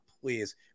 please